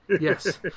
Yes